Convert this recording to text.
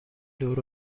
دور